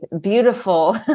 beautiful